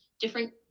different